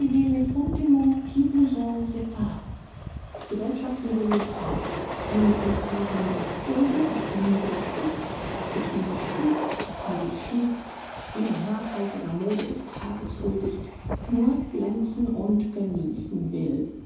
die gesellschaft nivellirt alles sie kann in ihrem kreise nur das dulden was ihr nie widerspricht sich ewig fügt ewig schmiegt jeder narrheit oder mode des tages huldigt nur glänzen und genießen will